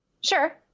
Sure